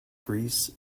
greece